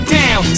down